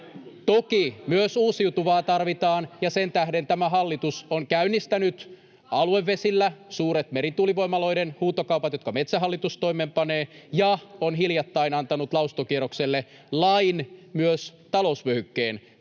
Toki myös uusiutuvaa tarvitaan, ja sen tähden tämä hallitus on käynnistänyt aluevesillä suuret merituulivoimaloiden huutokaupat, jotka Metsähallitus toimeenpanee, ja on hiljattain antanut lausuntokierrokselle lain myös talousvyöhykkeen